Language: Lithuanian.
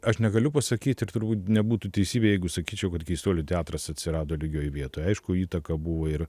aš negaliu pasakyt ir turbūt nebūtų teisybė jeigu sakyčiau kad keistuolių teatras atsirado lygioj vietoj aišku įtaka buvo ir